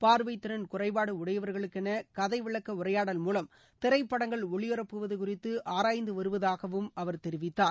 பார்வைத் திறன் குறைபாடு உடையவர்களுக்கென கதைவிளக்க உரையாடல் மூலம் திரைப்படங்கள் ஒளிபரப்புவது குறித்து ஆராய்ந்து வருவதாகவும் அவர் தெரிவித்தார்